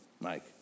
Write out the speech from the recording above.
Mike